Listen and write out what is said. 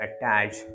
attach